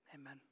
Amen